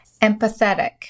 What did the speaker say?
Empathetic